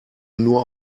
nur